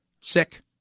sick